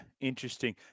interesting